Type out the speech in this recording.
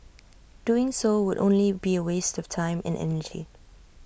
doing so would only be A waste of time and energy